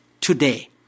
today